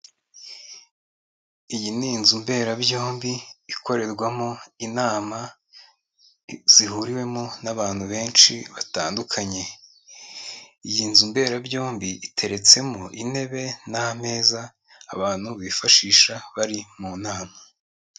Iyi ni inzu mberabyombi ikorerwamo inama zihuriwemo n'abantu benshi batandukanye. Iyi nzu mberabyombi iteretsemo intebe n'ameza abantu bifashisha bari mu nama.